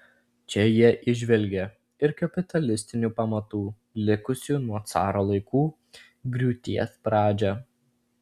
čia jie įžvelgė ir kapitalistinių pamatų likusių nuo caro laikų griūties pradžią